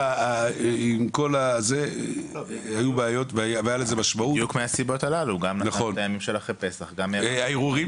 --- בדיוק מהסיבות הללו גם אחרי פסח וגם --- הערעורים